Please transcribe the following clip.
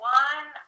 one